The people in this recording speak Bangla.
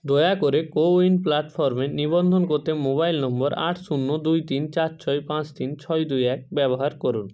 দয়া করে কোউইন প্ল্যাটফর্মে নিবন্ধন করতে মোবাইল নম্বর আট শূন্য দুই তিন চার ছয় পাঁচ তিন ছয় দুই এক ব্যবহার করুন